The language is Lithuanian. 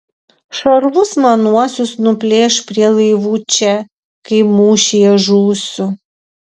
šarvus manuosius nuplėš prie laivų čia kai mūšyje žūsiu